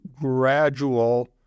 gradual